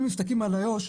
אם מסתכלים על איו"ש,